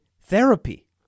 therapy